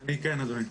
כן, אדוני.